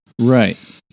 right